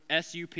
SUP